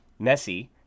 Messi